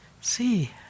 see